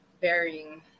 varying